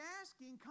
asking